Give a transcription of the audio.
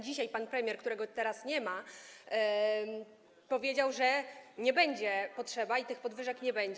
Dzisiaj pan premier, którego teraz nie ma, powiedział, że nie będzie potrzeby, że tych podwyżek nie będzie.